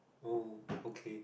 oh okay